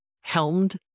helmed